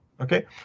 Okay